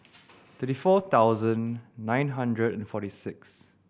thirty four thousand nine hundred and forty six